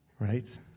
right